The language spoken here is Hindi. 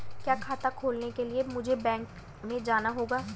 क्या खाता खोलने के लिए मुझे बैंक में जाना होगा?